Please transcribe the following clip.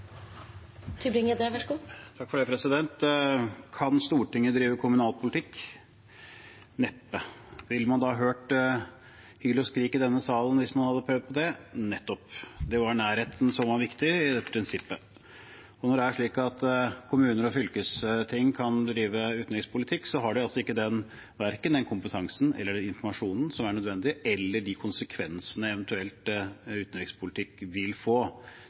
Kan Stortinget drive kommunalpolitikk? Neppe. Ville man da hørt hyl og skrik i denne salen hvis man hadde prøvd det? Nettopp. Det var nærheten som var viktig i dette prinsippet. Når kommuner og fylkesting driver utenrikspolitikk, har de verken den kompetansen eller informasjonen som er nødvendig for å vurdere konsekvensene en eventuell utenrikspolitikk vil få.